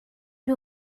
nhw